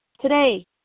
Today